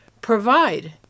provide